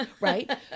right